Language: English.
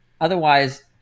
otherwise